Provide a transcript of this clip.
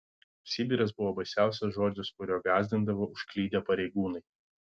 sibiras buvo baisiausias žodis kuriuo gąsdindavo užklydę pareigūnai